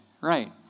Right